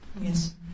Yes